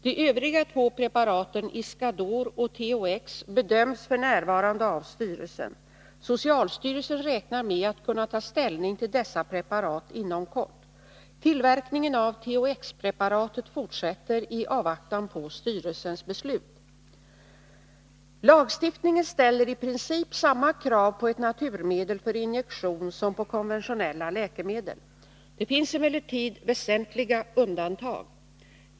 De övriga två preparaten, Iscador och av THX-behand THX, bedöms f. n. av styrelsen. Socialstyrelsen räknar med att kunna ta ling ställning till dessa preparat inom kort. Tillverkningen av THX-preparatet fortsätter i avvaktan på styrelsens beslut. Lagstiftningen ställer i princip samma krav på ett naturmedel för injektion som på konventionella läkemedel. " Det finns emellertid väsentliga undantag.